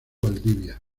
valdivia